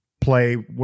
play